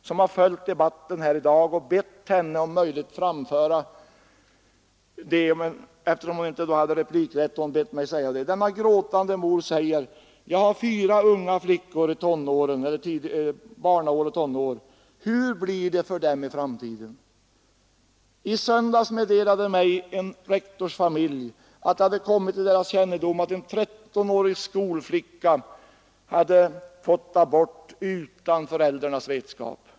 Hon har följt debatten här i dag och bett fru Troedsson att om möjligt framföra det hon hade att säga; eftersom fru Troedsson inte hade rätt till ytterligare repliker har hon bett mig göra det. Denna gråtande mor sade: Jag har fyra döttrar i barnaåren och tonåren. Hur blir det för dem i framtiden? I söndags meddelade mig en rektorsfamilj att det hade kommit till deras kännedom att en trettonårig skolflicka hade fått abort utan föräldrarnas vetskap.